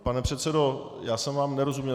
Pane předsedo, já jsem vám nerozuměl.